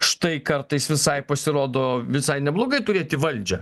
štai kartais visai pasirodo visai neblogai turėti valdžią